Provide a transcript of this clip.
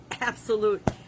absolute